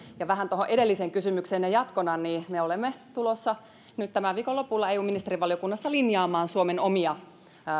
ja vähän tuohon edelliseen kysymykseenne jatkona me olemme tulossa nyt tämän viikon lopulla eu ministerivaliokunnassa linjaamaan suomen omia